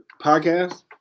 podcast